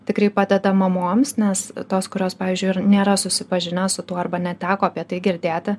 tikrai padeda mamoms nes tos kurios pavyzdžiui ir nėra susipažinę su tuo arba neteko apie tai girdėti